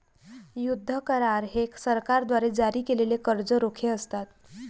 युद्ध करार हे सरकारद्वारे जारी केलेले कर्ज रोखे असतात